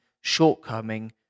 shortcoming